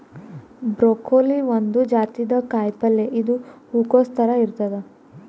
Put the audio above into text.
broccoli ಒಂದ್ ಜಾತಿದ್ ಕಾಯಿಪಲ್ಯ ಇದು ಹೂಕೊಸ್ ಥರ ಇರ್ತದ್